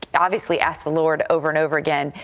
ah obviously ask the lord over and over again,